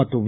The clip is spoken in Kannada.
ಮತ್ತು ವಿ